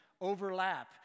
overlap